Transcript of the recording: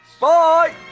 Bye